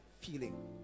feeling